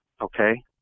okay